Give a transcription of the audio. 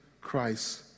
Christ